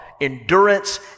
endurance